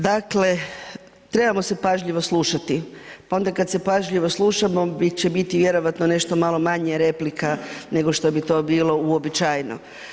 Dakle, trebamo se pažljivo slušati pa onda kad se pažljivo slušamo će biti vjerovatno nešto malo manje replika nego što bi to bilo uobičajeno.